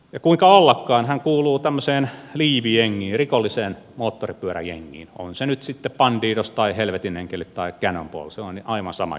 ja kuinka ollakaan hän kuuluu tämmöiseen liivijengiin rikolliseen moottoripyöräjengiin on se nyt sitten bandidos tai helvetin enkelit tai cannonball se on aivan sama juttu